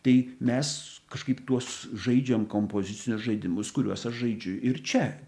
tai mes kažkaip tuos žaidžiam kompozicinius žaidimus kuriuos aš žaidžiu ir čia